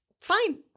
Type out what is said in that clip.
fine